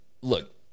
look